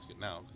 now